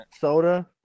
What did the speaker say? Soda